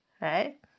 right